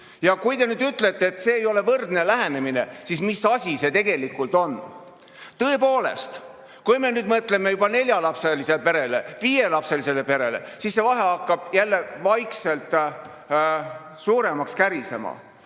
Kui te ütlete, et see ei ole võrdne lähenemine, siis [ma küsin,] mis asi see tegelikult on. Tõepoolest, kui me mõtleme juba neljalapselisele perele, viielapselisele perele, siis see vahe hakkab jälle vaikselt suuremaks kärisema.